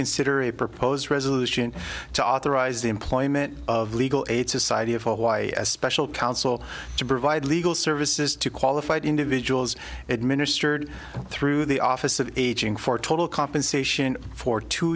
consider a proposed resolution to authorize the employment of legal aid society of hawaii as special counsel to provide legal services to qualified individuals administered through the office of aging for total compensation for two